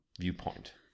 viewpoint